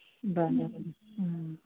बरं हं